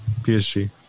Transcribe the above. PSG